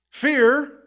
Fear